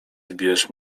zbijesz